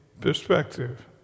perspective